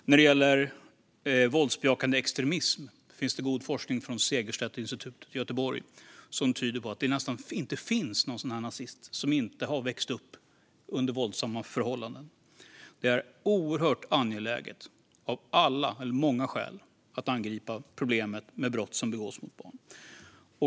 När det gäller våldsbejakande extremism finns det god forskning från Segerstedtinstitutet i Göteborg som tyder på att det nästan inte finns någon sådan här nazist som inte har växt upp under våldsamma förhållanden. Det är oerhört angeläget av många skäl att angripa problemet med brott som begås mot barn.